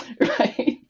Right